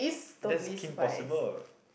that's Kim Possible